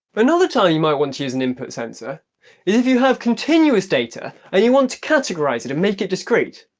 but another time you might want to use an input sensor is if you have continuous data and you want to categorise it and make it discreet.